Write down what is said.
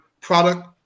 product